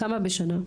כמה בשנה?